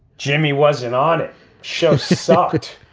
jimmy was in on it show socket.